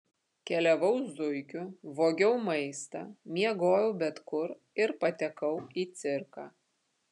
keliavau zuikiu vogiau maistą miegojau bet kur ir patekau į cirką